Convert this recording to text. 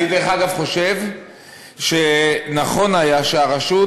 אני, דרך אגב, חושב שנכון היה שהרשות,